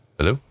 Hello